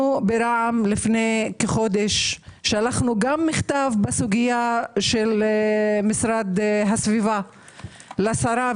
אנחנו ברע"מ לפני כחודש שלחנו גם מכתב בסוגיה של משרד הסביבה לשרה,